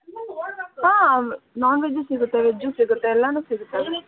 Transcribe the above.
ಹಾಂ ನಾನ್ವೆಜ್ಜೂ ಸಿಗುತ್ತೆ ವೆಜ್ಜೂ ಸಿಗುತ್ತೆ ಎಲ್ಲಾನು ಸಿಗುತ್ತೆ ಅಲ್ಲಿ